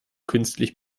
künstlich